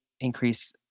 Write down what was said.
increase